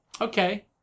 okay